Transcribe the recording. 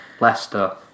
Leicester